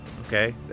okay